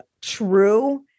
true